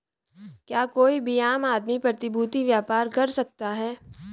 क्या कोई भी आम आदमी प्रतिभूती व्यापार कर सकता है?